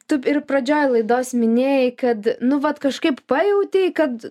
tu ir pradžioj laidos minėjai kad nu vat kažkaip pajautei kad